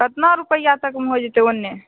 कतना रुपैआ तकमे हो जेतै ओने